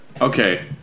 Okay